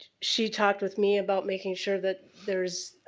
she talked with me about making sure that there's,